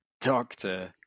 doctor